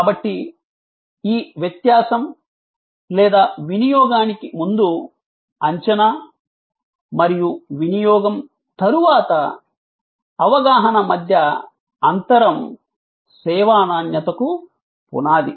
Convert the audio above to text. కాబట్టి ఈ వ్యత్యాసం లేదా వినియోగానికి ముందు అంచనా మరియు వినియోగం తరువాత అవగాహన మధ్య అంతరం సేవా నాణ్యతకు పునాది